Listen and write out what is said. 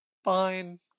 Fine